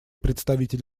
представитель